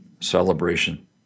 celebration